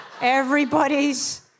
Everybody's